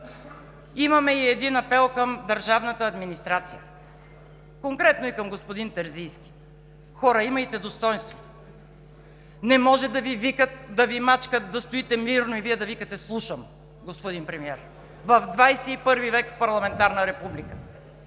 Имаме и един апел към държавната администрация, конкретно и към господин Терзийски: хора, имайте достойнство. Не може да Ви викат, да Ви мачкат, да стоите мирно и Вие да викате: „Слушам, господин Премиер!“ – в ХХI век в парламентарна република.